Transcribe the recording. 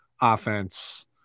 offense